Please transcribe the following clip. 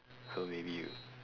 so maybe you